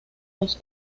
los